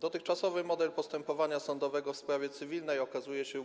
Dotychczasowy model postępowania sądowego w sprawie cywilnej okazuje się